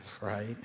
right